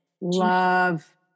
Love